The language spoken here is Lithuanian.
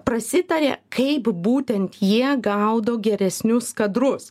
prasitarė kaip būtent jie gaudo geresnius kadrus